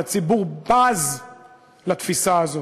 והציבור בז לתפיסה הזאת,